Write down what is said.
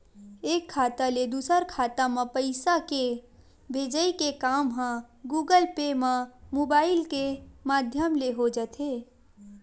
एक खाता ले दूसर खाता म पइसा के भेजई के काम ह गुगल पे म मुबाइल के माधियम ले हो जाथे